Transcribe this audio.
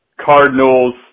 Cardinals